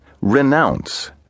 renounce